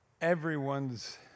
Everyone's